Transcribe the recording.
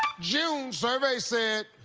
june. survey said.